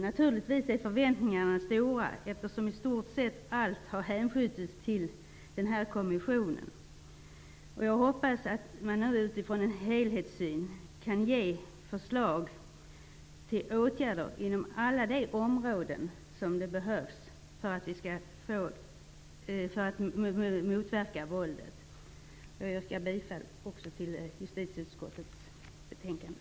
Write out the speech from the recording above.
Naturligtvis är förväntningarna stora, eftersom i stort sett allt har hänskjutits till den här kommissionen. Jag hoppas att man nu utifrån en helhetssyn kan ge förslag till åtgärder inom alla de områden som behöver samverka för att motverka våldet. Också jag yrkar bifall till hemställan i justitieutskottets betänkande.